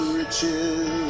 riches